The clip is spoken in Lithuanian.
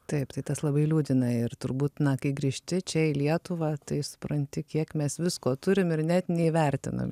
taip tai tas labai liūdina ir turbūt na kai grįžti čia į lietuvą tai supranti kiek mes visko turim ir net neįvertinam